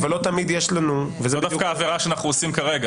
לא תמיד יש לנו --- זו דווקא העבירה שאנחנו עושים כרגע,